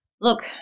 look